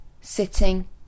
sitting